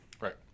Right